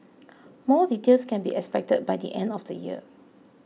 more details can be expected by the end of the year